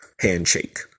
handshake